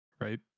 right